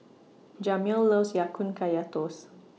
Jamil loves Ya Kun Kaya Toast